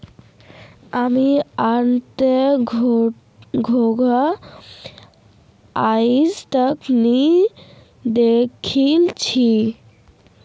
हामी अट्टनता घोंघा आइज तक नी दखिल छि